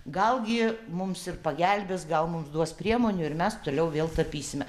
gal gi mums ir pagelbės gal mums duos priemonių ir mes toliau vėl tapysime